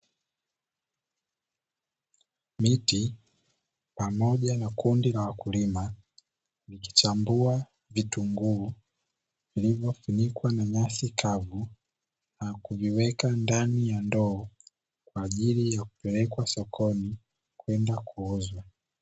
Miti pamoja na kundi la wakulima wakichambua vitunguu vilivyofunikwa na nyasi kavu na kuviweka ndani ya ndoo, kwa ajili ya kupelekwa sokoni kwenda kuuzwa.